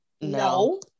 no